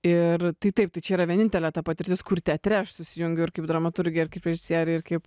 ir tai taip tai čia yra vienintelė ta patirtis kur teatre aš susijungiu ir kaip dramaturgė ir kaip režisierė ir kaip